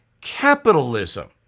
capitalism